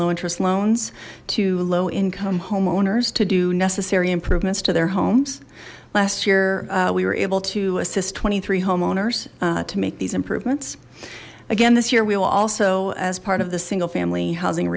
low interest loans to low income homeowners to do necessary improvements to their homes last year we were able to assist twenty three homeowners to make these improvements again this year we will also as part of the single family housing